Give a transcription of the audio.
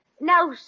Now